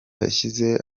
yashize